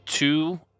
Two